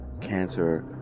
cancer